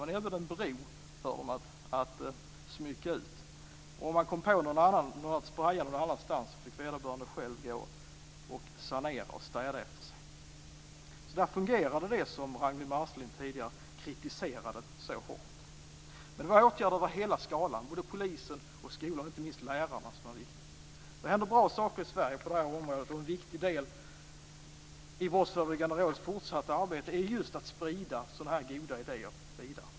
Man erbjöd en bro för ungdomarna att smycka ut. Om man kom på någon som sprejade någon annanstans, fick vederbörande själv sanera och städa efter sig. Där fungerade det som Ragnwi Marcelind tidigare kritiserade så hårt. Man vidtog åtgärder över hela skalan, innefattande polisen och skolan. Inte minst var lärarna viktiga. Det händer bra saker på det här området i Sverige. En viktig del i Brottsförebyggande rådets fortsatta arbete är att sprida sådana här goda idéer vidare.